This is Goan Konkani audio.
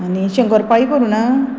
आनी शंकर पाई करूं ना